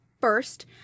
first